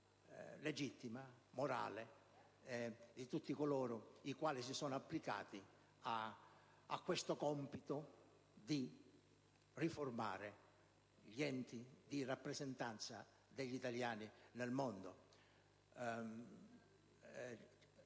legittima, morale, di tutti coloro i quali si sono applicati a questo compito di riformare gli enti di rappresentanza degli italiani nel mondo.